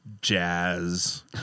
jazz